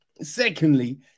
Secondly